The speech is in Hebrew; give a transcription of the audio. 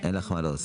אין לי מה להוסיף.